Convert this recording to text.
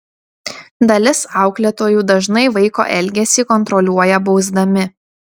dalis auklėtojų dažnai vaiko elgesį kontroliuoja bausdami